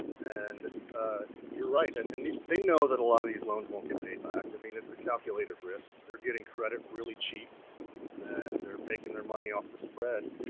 and ah you're right, and and they know that a lot of these loans won't get paid back. i mean it's a calculated risk. they're getting credit really cheap and they're making their money off the spread